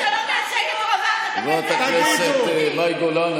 חברת הכנסת מאי גולן,